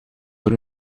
voor